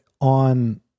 on